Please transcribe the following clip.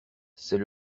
c’est